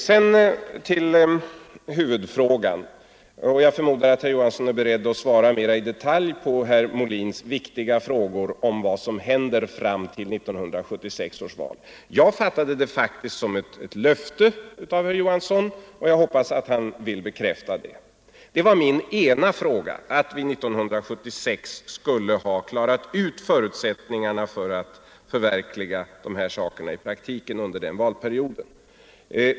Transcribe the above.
Så till huvudfrågan! Jag förmodar att herr Johansson i Trollhättan avser att svara mera i detalj på herr Molins viktiga frågor om vad som händer fram till 1976 års val. Jag fattade herr Johanssons uttalande som ett löfte, och jag hoppas att herr Johansson vill bekräfta det. Min ena fråga gällde alltså möjligheterna att till 1976 klara ut förutsättningarna för att under den följande valperioden i praktiken förverkliga förslagen.